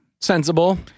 Sensible